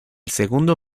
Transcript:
segundo